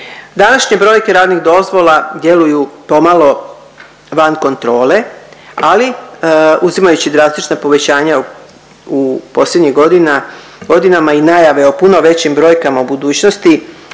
Današnje brojke radnih dozvola djeluju pomalo van kontrole, ali uzimajući drastična povećanja u posljednjih godinama i najave o puno većim brojkama u budućnosti